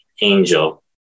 Angel